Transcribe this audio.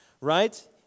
right